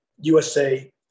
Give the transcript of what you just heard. USA